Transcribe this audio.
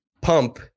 pump